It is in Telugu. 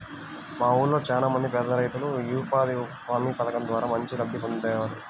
మా ఊళ్ళో చానా మంది పేదరైతులు యీ ఉపాధి హామీ పథకం ద్వారా మంచి లబ్ధి పొందేరు